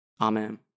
Amen